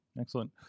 Excellent